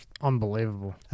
unbelievable